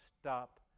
stop